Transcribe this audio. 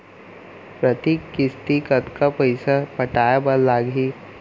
प्रति किस्ती कतका पइसा पटाये बर लागही?